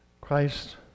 Christ